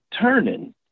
turning